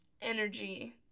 energy